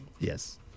Yes